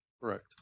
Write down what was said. Correct